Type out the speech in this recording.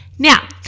Now